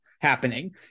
happening